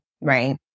right